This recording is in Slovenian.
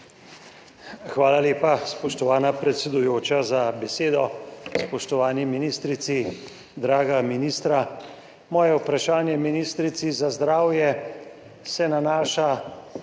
Hvala lepa, spoštovana predsedujoča, za besedo. Spoštovani ministrici, draga ministra! Moje vprašanje ministrici za zdravje se nanaša